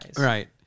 Right